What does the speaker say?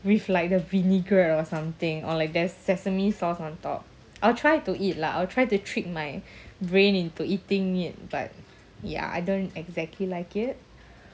with like the vinegar or something or like there's sesame sauce on top I'll try to eat lah I will try to trick my brain into eating it but ya I don't exactly like it